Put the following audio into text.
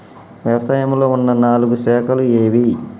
వ్యవసాయంలో ఉన్న నాలుగు శాఖలు ఏవి?